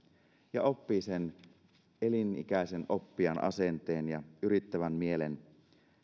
ja oppii sen elinikäisen oppijan asenteen ja yrittävän mielen